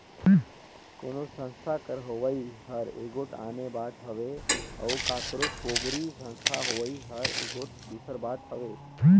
कोनो संस्था कर होवई हर एगोट आने बात हवे अउ काकरो पोगरी संस्था होवई हर एगोट दूसर बात हवे